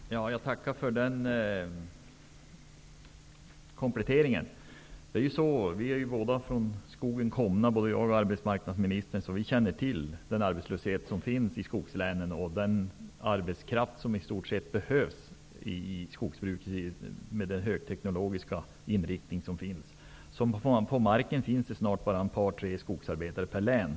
Fru talman! Jag tackar för denna komplettering. Arbetsmarknadsministern och jag är ju båda komna från skogen, så vi känner till den arbetslöshet som råder i skogslänen. Vi vet vilken arbetskraft som i stort sett behövs i skogsbruket med dess högteknologiska inriktning. På marken finns snart bara ett par tre skogsarbetare per län.